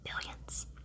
billions